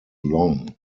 long